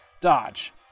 Dodge